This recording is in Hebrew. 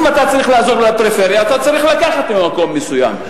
אם אתה צריך לעזור לפריפריה אתה צריך לקחת ממקום מסוים,